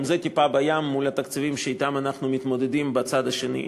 גם זה טיפה בים מול התקציבים שמולם אנחנו מתמודדים בצד השני.